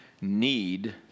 need